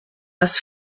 das